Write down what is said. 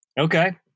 okay